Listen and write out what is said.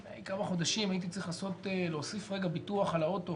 לפני כמה חודשים הייתי צריך להוסיף ביטוח על האוטו